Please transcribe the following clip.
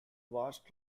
vast